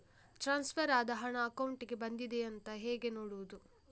Transfer ಆದ ಹಣ ಅಕೌಂಟಿಗೆ ಬಂದಿದೆ ಅಂತ ಹೇಗೆ ನೋಡುವುದು?